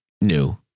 new